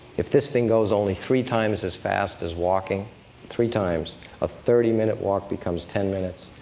if this thing goes only three times as fast as walking three times a thirty minute walk becomes ten minutes.